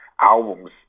albums